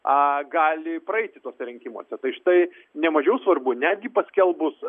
a gali praeiti tuose rinkimuose tai štai nemažiau svarbu netgi paskelbus